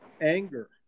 anger